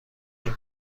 این